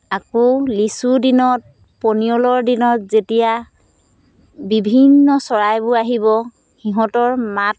আকৌ লিচু দিনত পনিয়লৰ দিনত যেতিয়া বিভিন্ন চৰাইবোৰ আহিব সিহঁতৰ মাত